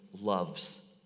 loves